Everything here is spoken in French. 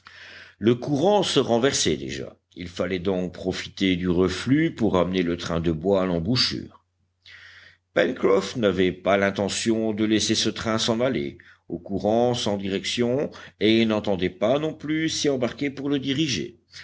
le courant se renversait déjà il fallait donc profiter du reflux pour amener le train de bois à l'embouchure pencroff n'avait pas l'intention de laisser ce train s'en aller au courant sans direction et il n'entendait pas non plus s'y embarquer pour le diriger